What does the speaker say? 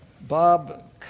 Bob